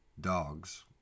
Dogs